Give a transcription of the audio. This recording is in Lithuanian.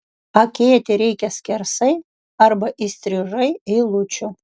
akėti reikia skersai arba įstrižai eilučių